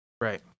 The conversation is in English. Right